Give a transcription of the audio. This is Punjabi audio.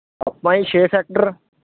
ਆਪਾਂ ਜੀ ਛੇ ਸੈਕਟਰ